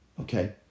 Okay